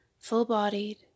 full-bodied